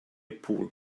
pull